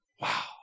Wow